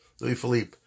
Louis-Philippe